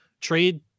trade